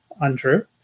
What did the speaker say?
Untrue